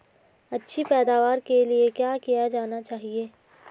अच्छी पैदावार के लिए क्या किया जाना चाहिए?